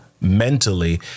mentally